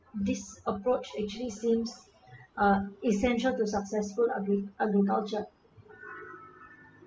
this approach actually seems uh essential to successful and agriculture